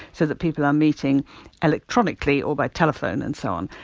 so that people are meeting electronically or by telephone and so on.